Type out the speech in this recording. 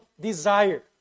desire